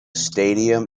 stadium